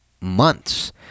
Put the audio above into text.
months